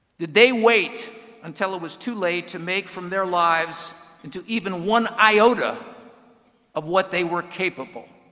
did they wait until it was too late to make from their lives and to even one iota of what they were capable?